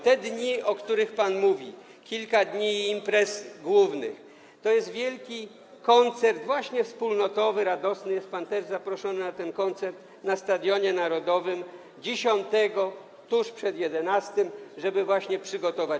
Te dni, o których pan mówi, kilka dni imprez głównych, to jest wielki koncert właśnie wspólnotowy, radosny, jest pan też zaproszony na ten koncert na Stadionie Narodowym dziesiątego, tuż przed jedenastym, żeby właśnie się przygotować.